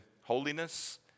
holiness